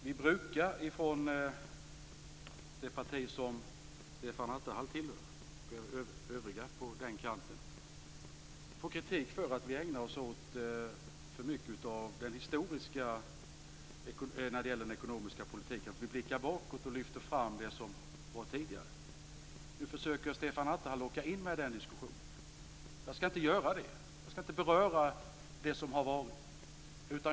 Fru talman! Från det parti som Stefan Attefall tillhör, och övriga på den kanten, brukar vi få kritik för att vi ägnar oss för mycket åt det historiska när det gäller den ekonomiska politiken, och att vi blickar bakåt och lyfter fram det som varit tidigare. Nu försöker Stefan Attefall locka in mig i den diskussionen. Jag skall inte beröra det som har varit.